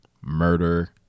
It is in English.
murder